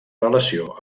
relació